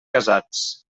casats